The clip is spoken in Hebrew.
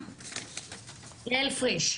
אני יעל פריש,